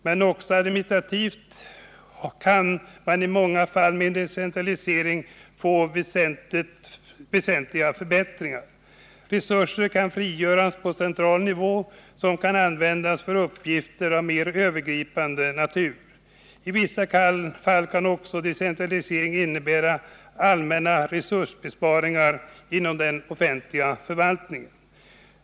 Men också i administrativt hänseende kan i många fall en decentralisering innebära väsentliga förbättringar. Resurser kan frigöras på central nivå som kan användas för uppgifter av mer övergripande natur. I vissa fall kan också decentralisering innebära allmänna resursbesparingar inom den offentliga förvaltningen.